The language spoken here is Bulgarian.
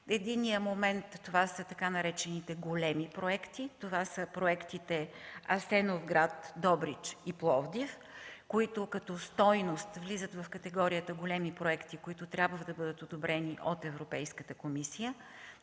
Единият момент това са така наречените „големи проекти” – проектите „Асеновград”, „Добрич” и „Пловдив”, които като стойност влизат в категорията големи проекти, които трябва да бъдат одобрени от Европейската комисия.